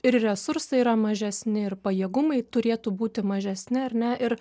ir resursai yra mažesni ir pajėgumai turėtų būti mažesni ar ne ir